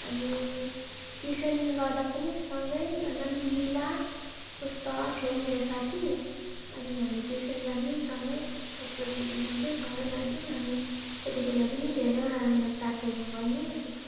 अनि ट्युसन गर्दा पनि सँगै भन्दा पनि निला पुष्पा थियो मेरो साथी अनि हामी ट्युसन जान्थौँ सँगै दस बजीको ट्युसन थियो सँगै जान्थौँ अनि त्यतिखेर पनि धेरैवटा मेरो साथीहरू बनियो